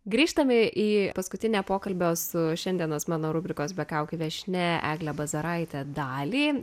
grįžtame į paskutinę pokalbio su šiandienos mano rubrikos be kaukių viešnia egle bazaraite dalį